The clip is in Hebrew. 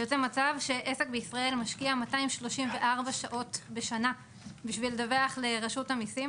יוצא מצב שעסק בישראל משקיע 234 שעות בשנה בשביל לדווח לרשות המיסים,